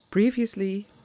Previously